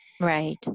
Right